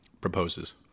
proposes